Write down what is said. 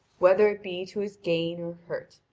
whether it be to his gain or hurt.